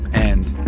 and.